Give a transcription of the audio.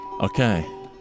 Okay